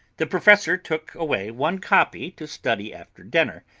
the professor took away one copy to study after dinner,